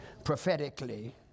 prophetically